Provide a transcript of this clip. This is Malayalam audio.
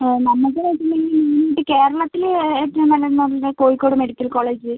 നമുക്ക് വെച്ചിട്ടുണ്ടെങ്കിൽ ഈ കേരളത്തിൽ ഏറ്റവും നല്ലതെന്ന് പറഞ്ഞുകഴിഞ്ഞാൽ കോഴിക്കോട് മെഡിക്കൽ കോളേജ്